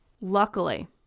Luckily